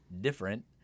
different